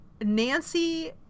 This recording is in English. Nancy